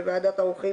בוועדת העורכים